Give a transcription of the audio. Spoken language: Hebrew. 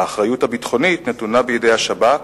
האחריות הביטחונית נתונה בידי השב"כ,